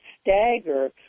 stagger